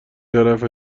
طرف